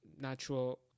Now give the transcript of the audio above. natural